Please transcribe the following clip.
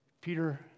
Peter